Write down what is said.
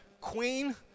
queen